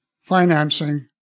financing